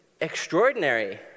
extraordinary